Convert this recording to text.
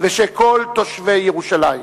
ושל כל תושבי ירושלים.